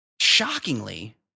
shockingly